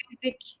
basic